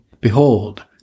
behold